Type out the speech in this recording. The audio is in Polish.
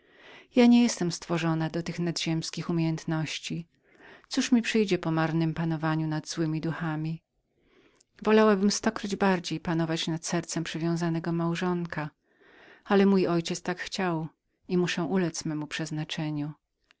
ja nie byłam stworzoną do tych nadziemskich umiejętności cóż mi przyjdzie po marnem panowaniu nad złemi duchami wolałabym stokroć panować nad sercem przywiązanego małżonka ale mój ojciec tak chciał i muszę uledz memu